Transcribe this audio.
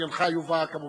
עניינך יובא כמובן.